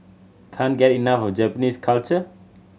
can't get enough of Japanese culture